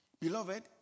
Beloved